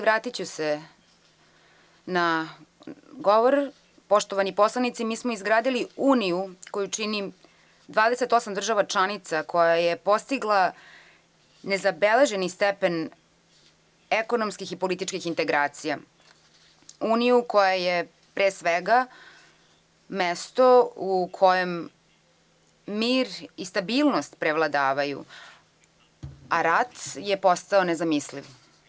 Vratiću se na govor, poštovani poslanici, mi smo izgradili uniju koju čini 28 država članica, koja je postigla nezabeleženi stepen ekonomskih i političkih integracija, uniju koja je pre svega mesto u kojem mir i stabilnost preovladavaju, a rat je postao nezamisliv.